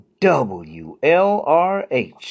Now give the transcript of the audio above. WLRH